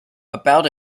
about